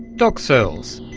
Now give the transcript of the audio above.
doc searles.